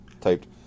typed